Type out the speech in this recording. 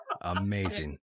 amazing